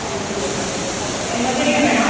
രണ്ട് കിലോയുടെ ഓക്കെ എന്നത്തേക്കിന് വേണം